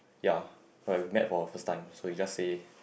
ya okay we met for a first time so you just say